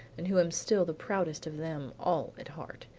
and who am still the proudest of them all at heart,